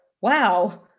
wow